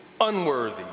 unworthy